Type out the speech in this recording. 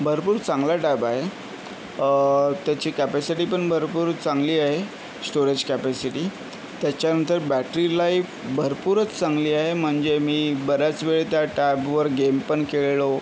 भरपूर चांगला टॅब आहे त्याची कॅपॅसिटी पण भरपूर चांगली आहे स्टोरेज कॅपॅसिटी त्याच्यानंतर बॅटरी लाईफ भरपूरच चांगली आहे म्हणजे मी बराच वेळ त्या टॅबवर गेम पण खेळलो